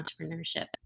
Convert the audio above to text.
Entrepreneurship